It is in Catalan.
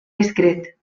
discret